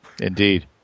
Indeed